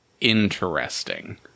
Interesting